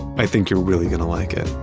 i think you're really going to like it.